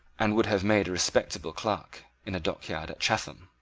and would have made a respectable clerk in a dockyard at chatham,